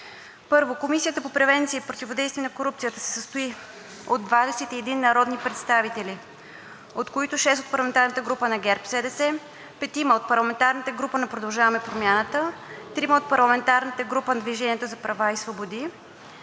1. Комисията по околната среда и водите се състои от 21 народни представители, от които 6 от парламентарната група на ГЕРБ-СДС, 5 от парламентарната група „Продължаваме Промяната“, 3 от парламентарната група „Движение за права и свободи“,